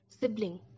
sibling